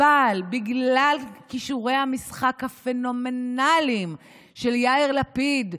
אבל בגלל כישורי המשחק הפנומנליים של יאיר לפיד,